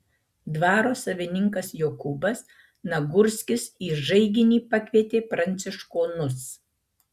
dvaro savininkas jokūbas nagurskis į žaiginį pakvietė pranciškonus